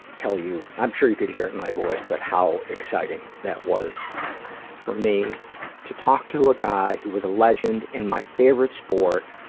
tell you. i'm sure you could hear it in my voice, but how exciting that was for me to talk to a guy who was a legend in my favorite sport,